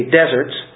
deserts